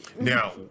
now